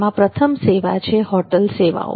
તેમાં પ્રથમ સેવા છે હોટલ સેવાઓ